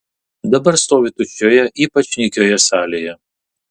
dabar stovi tuščioje ypač nykioje salėje